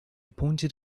pointed